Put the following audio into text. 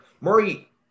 Murray